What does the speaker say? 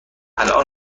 الان